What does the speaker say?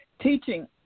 Teaching